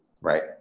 Right